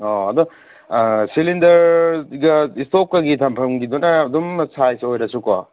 ꯑꯣ ꯑꯗꯣ ꯁꯤꯂꯤꯟꯗꯔꯒ ꯁ꯭ꯇꯣꯞꯀꯒꯤ ꯊꯝꯐꯝꯒꯤꯗꯨꯅ ꯑꯗꯨꯝ ꯁꯥꯏꯖ ꯑꯣꯏꯔꯁꯨꯀꯣ